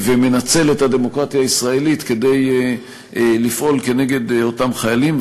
ומנצל את הדמוקרטיה הישראלית כדי לפעול נגד אותם חיילים,